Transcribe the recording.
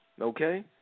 okay